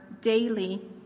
daily